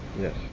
Yes